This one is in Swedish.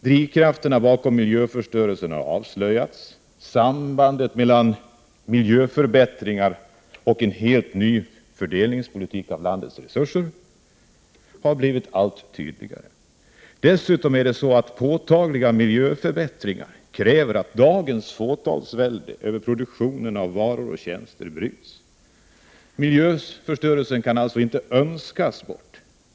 Drivkrafterna bakom miljöförstörelserna har avslöjats. Sambandet mellan miljöförbättringar och en helt ny fördelning av landets totala resurser har blivit allt tydligare. Dessutom är det så, att påtagliga miljöförbättringar kräver att dagens fåtalsvälde över produktionen av varor och tjärster bryts. Miljöförstörelsen kan alltså inte önskas bort.